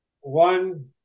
One